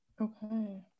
okay